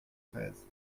treize